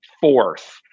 fourth